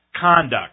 conduct